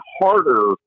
harder